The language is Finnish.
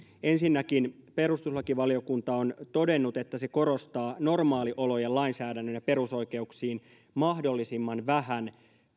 ensinnäkin perustuslakivaliokunta on todennut että se korostaa normaaliolojen lainsäädännön ja perusoikeuksiin mahdollisimman vähän